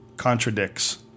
Contradicts